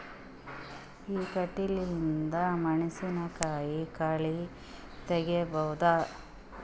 ಈ ಕಂಟಿಲಿಂದ ಮೆಣಸಿನಕಾಯಿ ಕಳಿ ಕಿತ್ತಬೋದ?